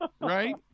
right